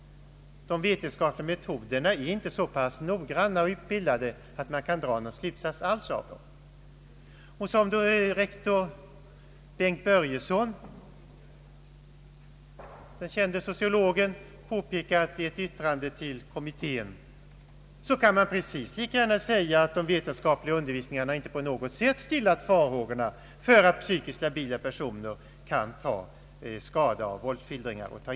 De vetenskapliga metoderna är inte så noggranna och utbildade att man kan dra någon säker slutsats alls av dem. Docent Bengt Börjesson, den kände sociologen, har påpekat i ett yttrande till kommittén att man precis lika gärna kan säga att de vetenskapliga undersökningarna inte på något sätt stillat farhågorna för att psykiskt labila personer kan ta skada av våldsskildringar.